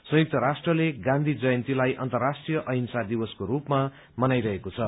संयुक्त राष्ट्रले गाँधी जयन्तीलाई अन्तर्राष्ट्रीय अहिंसा दिवसको रूपमा मनाइरहेको छ